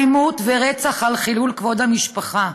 אלימות ורצח על חילול כבוד המשפחה.